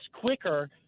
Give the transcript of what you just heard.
quicker